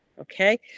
Okay